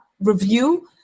review